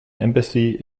embassy